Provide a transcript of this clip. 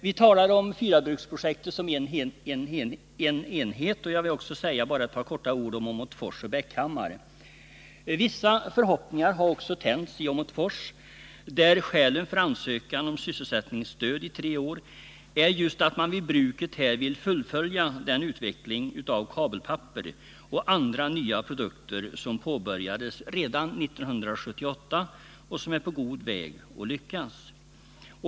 Vi talar om fyrabruksprojektet som en enhet, och jag vill säga också bara ett par ord om Åmotfors och Bäckhammar. Vissa förhoppningar har också tänts i Åmotfors, där skälen för ansökan om sysselsättningsstöd i tre år är att man vid bruket här vill fullfölja den utveckling av kabelpapper och andra nya produkter som påbörjades redan 1978 och som är på god väg att lyckas.